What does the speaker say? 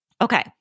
Okay